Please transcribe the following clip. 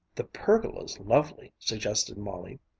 the pergola's lovely, suggested molly.